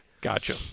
Gotcha